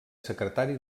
secretari